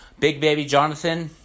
BigBabyJonathan